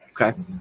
Okay